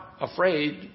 afraid